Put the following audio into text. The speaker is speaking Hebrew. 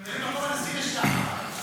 זה לא --- הנשיא לשעבר.